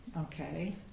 okay